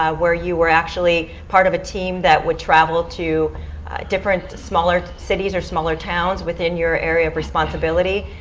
ah where you were actually part of a team that would travel to different smaller cities or smaller towns within your area of responsibility.